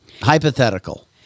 Hypothetical